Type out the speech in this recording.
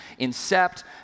incept